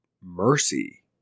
mercy